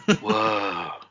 Whoa